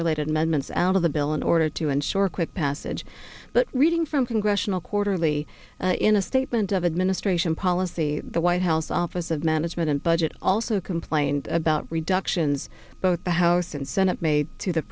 related amendments out of the bill in order to ensure a quick passage but reading from congressional quarterly in a statement of administration policy the white house office of management and budget also complained about reductions both the house and senate made to the